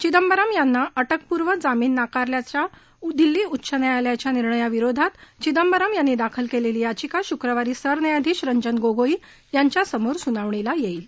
चिंदबरम यांना अटकपूर्व जामिन नाकारल्याचा दिल्ली उच्च न्यायालयाच्या निर्णया विरोधात चिदंबरम यांनी दाखल केलेली याचिका शुक्रवारी सरन्यायाधिश रंजन गोगोई यांच्यासमोर सुनावणीला येईल